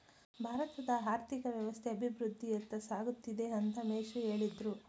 ಭಾರತದ ಆರ್ಥಿಕ ವ್ಯವಸ್ಥೆ ಅಭಿವೃದ್ಧಿಯತ್ತ ಸಾಗುತ್ತಿದೆ ಅಂತ ಮೇಷ್ಟ್ರು ಹೇಳಿದ್ರು